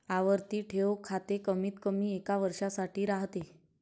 आवर्ती ठेव खाते कमीतकमी एका वर्षासाठी राहते